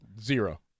Zero